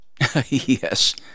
Yes